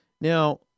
Now